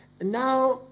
Now